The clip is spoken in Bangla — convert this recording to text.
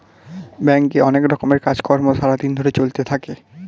ব্যাংকে অনেক রকমের কাজ কর্ম সারা দিন ধরে চলতে থাকে